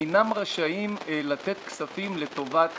אינם רשאים לתת כספים לטובת